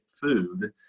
food